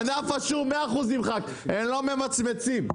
ענף השום 100%. הם לא ממצמצים.